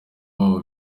babo